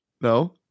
no